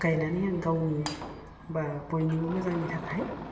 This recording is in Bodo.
गायनानै आं गावनि बा बयनिबो मोजांनि थाखाय